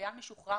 חייל משוחרר,